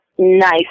nice